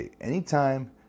Anytime